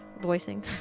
voicing